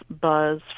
buzz